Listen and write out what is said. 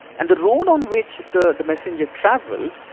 and the road on which the the messenger travelled